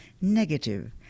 Negative